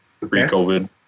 pre-COVID